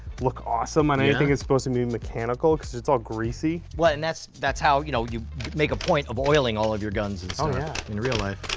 look awesome on anything that's supposed to be mechanical because it's all greasy. what and that's, that's how, you know, you make a point of oiling all of your in real life.